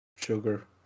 sugar